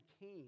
came